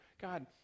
God